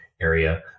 area